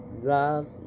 love